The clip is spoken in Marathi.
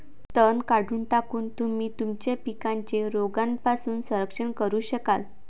तण काढून टाकून, तुम्ही तुमच्या पिकांचे रोगांपासून संरक्षण करू शकाल